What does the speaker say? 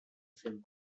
film